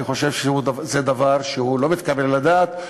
אני חושב שזה דבר שהוא לא מתקבל על הדעת.